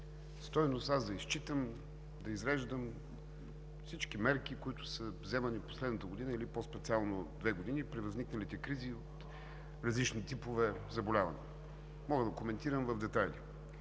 стойност аз да изчитам, да изреждам всички мерки, които са вземани последната година, или по-специално от две години, при възникналите кризи от различни типове заболявания. Мога да го коментирам в детайли